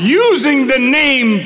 using the name